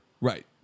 Right